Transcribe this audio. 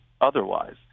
otherwise